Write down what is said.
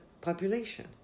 population